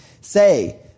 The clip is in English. Say